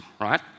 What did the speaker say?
right